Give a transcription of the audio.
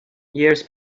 years